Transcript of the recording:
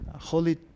holy